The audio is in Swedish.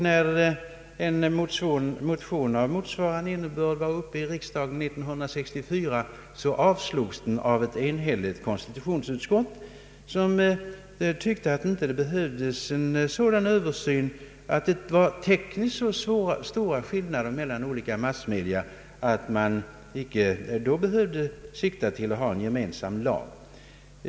När en motion av motsvarande innebörd behandlades i riksdagen år 1964 avslogs den av ett enhälligt konstitutionsutskott, som ansåg att de tekniska skillnaderna mellan olika massmedia var så stora att man inte lämpligen borde sikta till en gemensam lag.